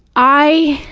i,